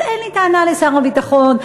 אז אין לי טענה לשר הביטחון,